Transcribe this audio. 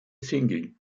single